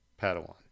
Padawan